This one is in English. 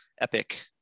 epic